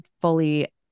fully